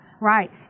right